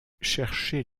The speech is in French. cherchez